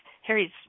Harry's